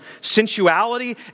Sensuality